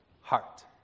heart